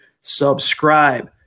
subscribe